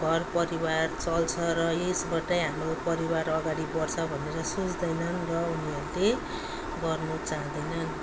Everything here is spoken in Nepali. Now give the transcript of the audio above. घर परिवार चल्छ र यसबाटै हाम्रो परिवार अगाडि बढ्छ भनेर सोच्दैनन् र उनीहरूले गर्नु चाहँदैनन्